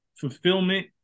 fulfillment